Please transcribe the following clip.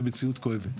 במציאות כואבת.